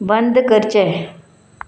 बंद करचें